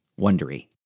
Wondery